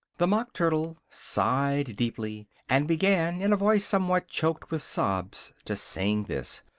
the mock turtle sighed deeply, and began, in a voice sometimes choked with sobs, to sing this